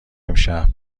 امشب